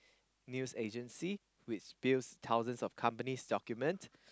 news agency which spills thousands of company document